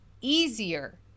easier